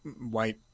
white